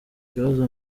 kibazo